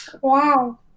wow